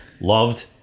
Loved